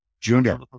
Junior